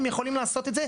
הם יכולים לעשות את זה.